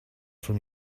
from